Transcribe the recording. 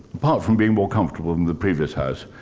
apart from being more comfortable than the previous house,